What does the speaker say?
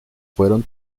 fueron